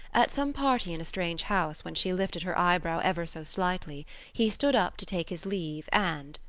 at some party in a strange house when she lifted her eyebrow ever so slightly he stood up to take his leave and,